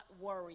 worry